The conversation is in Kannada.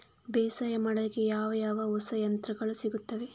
ಬೇಸಾಯ ಮಾಡಲಿಕ್ಕೆ ಯಾವ ಯಾವ ಹೊಸ ಯಂತ್ರಗಳು ಸಿಗುತ್ತವೆ?